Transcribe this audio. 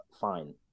fine